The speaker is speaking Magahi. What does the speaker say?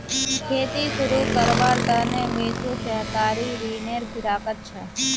खेती शुरू करवार त न मिथुन सहकारी ऋनेर फिराकत छ